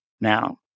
now